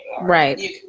right